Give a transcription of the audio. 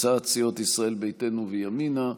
הצעת סיעות ישראל ביתנו וימינה.